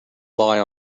lie